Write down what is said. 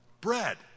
Bread